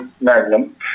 Magnum